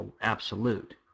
absolute